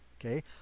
okay